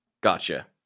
Gotcha